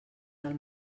del